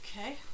Okay